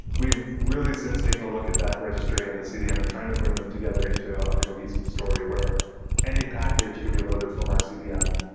we've really since taken a look at that registry and the cdn and trying to bring them together into a cohesive story where any package could be loaded from our cdn,